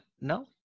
no